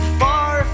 far